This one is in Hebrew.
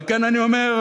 על כן אני אומר,